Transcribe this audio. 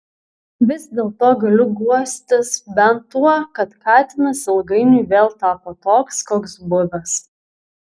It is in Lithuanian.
vis dėlto galiu guostis bent tuo kad katinas ilgainiui vėl tapo toks koks buvęs